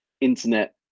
internet